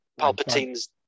Palpatine's